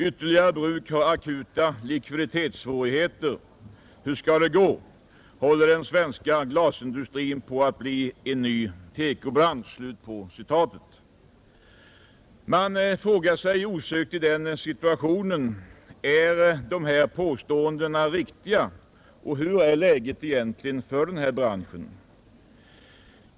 Ytterligare bruk har akuta likviditetssvårigheter. Hur skall det gå? Håller den svenska glasindustrin på att bli en ny tekobransch?” Många frågar sig: Är dessa påståenden riktiga, hur är läget egentligen för branschen?